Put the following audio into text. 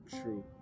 True